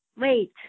Wait